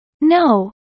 No